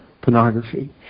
pornography